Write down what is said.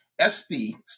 SB